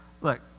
Look